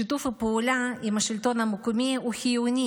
שיתוף הפעולה עם השלטון המקומי הוא חיוני